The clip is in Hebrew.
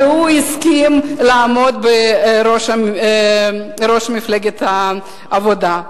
והוא הסכים לעמוד בראש מפלגת העבודה.